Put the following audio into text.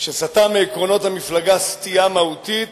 המפלגה סטייה מהותית,